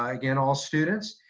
again, all students.